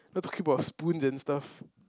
not talking about spoons and stuff